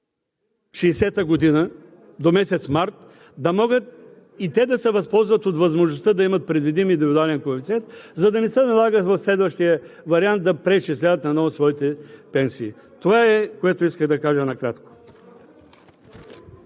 1960 г. до месец март, да могат и те да се възползват от възможността да имат предвидим индивидуален коефициент, за да не се налага в следващия вариант да преизчисляват наново своите пенсии. Това е, което исках да кажа накратко.